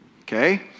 Okay